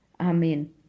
Amen